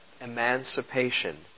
emancipation